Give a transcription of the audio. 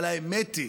אבל האמת היא,